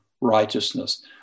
righteousness